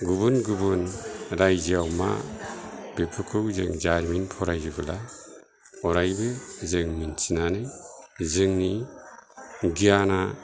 गुबुन गुबुन रायजोयाव मा बेफोरखौ जों जारिमिन फरायोब्लाअरायबो जों मिनथिनानै जोंनि गियाना